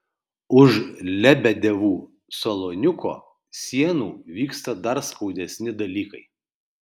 už lebedevų saloniuko sienų vyksta dar skaudesni dalykai